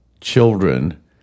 children